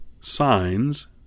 signs